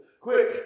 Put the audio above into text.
Quick